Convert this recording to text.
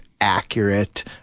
accurate